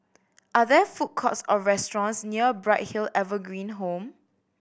are there food courts or restaurants near Bright Hill Evergreen Home